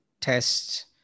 tests